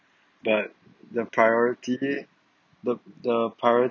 but the priority the the priority